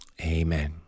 Amen